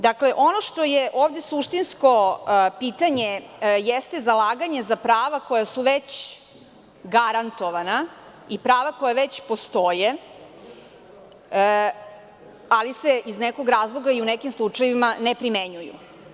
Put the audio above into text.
Dakle, ono što je ovde suštinsko pitanje jeste zalaganje za prava koja su već garantovana i prava koja već postoje, ali se iz nekog razloga i u nekim slučajevima ne primenjuju.